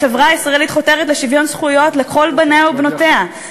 החברה הישראלית חותרת לשוויון זכויות לכל בניה ובנותיה.